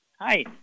Hi